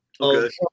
Okay